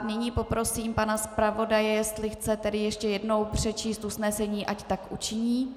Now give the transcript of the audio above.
Nyní poprosím pana zpravodaje, jestli chce ještě jednou přečíst usnesení, ať tak učiní.